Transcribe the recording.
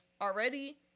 already